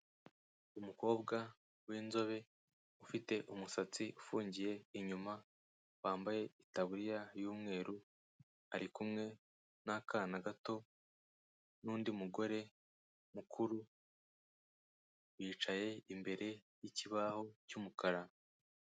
Umukobwa w'inzobe ufite umusatsi ufungiye inyuma, wambaye itaburiya y'umweru, ari kumwe n'akana gato n'undi mugore mukuru, bicaye imbere y'ikibaho cy'umukara.